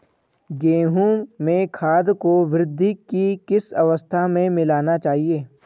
गेहूँ में खाद को वृद्धि की किस अवस्था में मिलाना चाहिए?